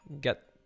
get